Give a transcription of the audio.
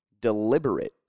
Deliberate